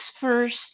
first